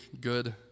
good